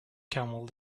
camel